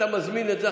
אתה מזמין את זה.